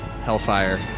Hellfire